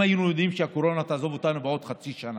אם היינו יודעים שהקורונה תעזוב אותנו בעוד חצי שנה,